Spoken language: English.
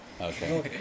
Okay